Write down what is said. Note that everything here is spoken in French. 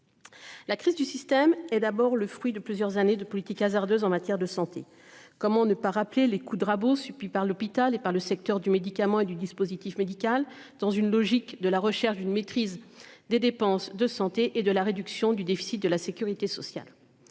La crise du système et d'abord le fruit de plusieurs années de politique hasardeuse en matière de santé. Comment ne pas rappeler les coups de rabot subis par l'hôpital et par le secteur du médicament et du dispositif médical dans une logique de la recherche d'une maîtrise des dépenses de santé et de la réduction du déficit de la Sécurité sociale.